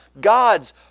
God's